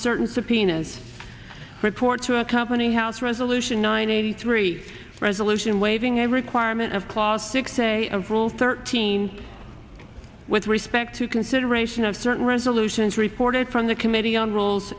certain subpoenas a report to accompany house resolution nine eighty three resolution waiving a requirement of clause six a of rule thirteen with respect to consideration of certain resolutions reported from the committee on rules